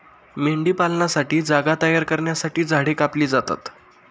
मेंढीपालनासाठी जागा तयार करण्यासाठी झाडे कापली जातात